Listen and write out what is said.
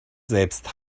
selbst